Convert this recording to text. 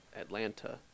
atlanta